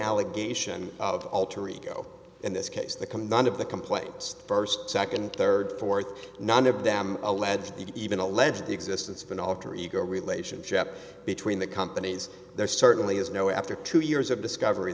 allegation of alter ego in this case the come none of the complaints first second third fourth none of them alleged even allege the existence of an alter ego relationship between the companies there certainly is no after two years of discover